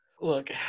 Look